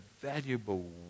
valuable